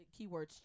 Keywords